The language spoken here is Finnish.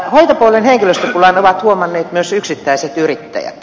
hoitopuolen henkilöstöpulan ovat huomanneet myös yksittäiset yrittäjät